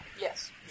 Yes